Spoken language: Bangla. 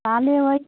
তাহলে ওই